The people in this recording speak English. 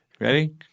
Ready